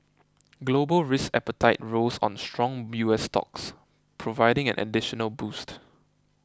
global risk appetite rose on strong U S stocks providing an additional boost